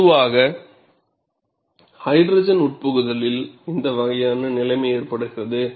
பொதுவாக ஹைட்ரஜன் உட்புகுத்தலில் இந்த வகையான நிலைமை ஏற்படுகிறது